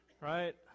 right